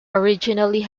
originally